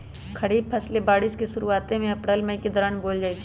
खरीफ फसलें बारिश के शुरूवात में अप्रैल मई के दौरान बोयल जाई छई